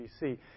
BC